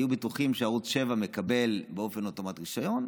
היו בטוחים שערוץ 7 מקבל באופן אוטומטי רישיון,